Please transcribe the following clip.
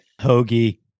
Hoagie